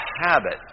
habit